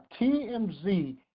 TMZ